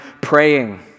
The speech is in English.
praying